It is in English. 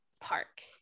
Park